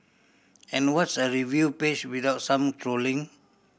and what's a review page without some trolling